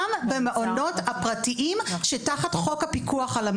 במעונות הפרטיים שתחת חוק הפיקוח על המעונות.